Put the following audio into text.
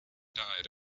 died